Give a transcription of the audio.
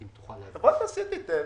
תעשייתית?